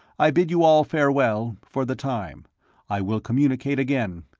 i bid you all farewell, for the time i will communicate again.